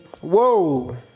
Whoa